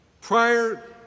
Prior